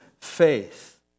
faith